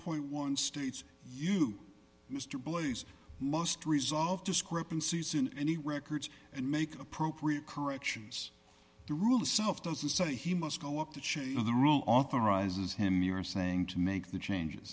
point one states view mr blaize must resolve discrepancies in any records and make appropriate corrections the rule itself doesn't say he must go up the chain of the rule authorizes him you are saying to make the changes